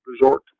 resort